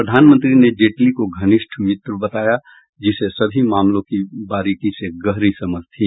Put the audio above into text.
प्रधानमंत्री ने जेटली को घनिष्ठ मित्र बताया जिसे सभी मामलों की बारीकी से गहरी समझ थी